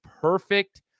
perfect